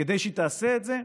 כדי שהיא תעשה את זה,